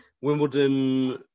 Wimbledon